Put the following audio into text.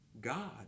God